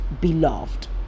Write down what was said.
beloved